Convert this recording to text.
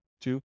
Two